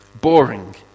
Boring